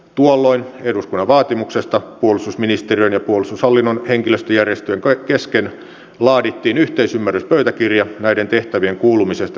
tuolloin eduskunnan vaatimuksesta puolustusministeriön ja puolustushallinnon henkilöstöjärjestöjen kesken laadittiin yhteisymmärryspöytäkirja näiden tehtävien kuulumisesta virkavelvollisuuden piiriin